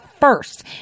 first